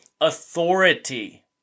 authority